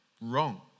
wrong